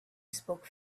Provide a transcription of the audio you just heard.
spoke